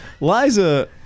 Liza